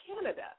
Canada